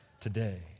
today